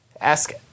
Ask